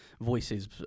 voices